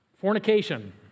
Fornication